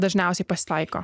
dažniausiai pasitaiko